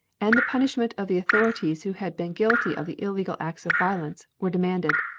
and the punishment of the authorities who had been guilty of the illegal acts of violence, were demanded.